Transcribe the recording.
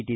T